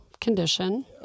condition